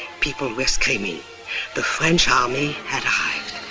people were screaming, the french army had arrived.